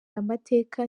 amateka